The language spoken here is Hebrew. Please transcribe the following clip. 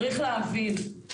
צריך להבין,